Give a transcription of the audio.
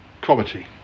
Comedy